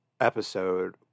episode